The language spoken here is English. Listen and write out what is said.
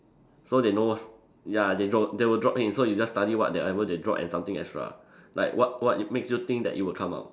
so they knows what's ya they drop they will drop hints so you just study whatever they drop and something extra like what what it makes you think that it will come out